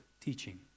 teaching